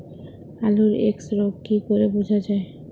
আলুর এক্সরোগ কি করে বোঝা যায়?